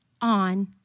on